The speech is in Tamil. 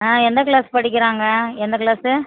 ஆ எந்த க்ளாஸ் படிக்கிறாங்க எந்த க்ளாஸ்ஸு